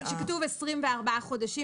כשכתוב 24 חודשים,